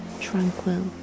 tranquil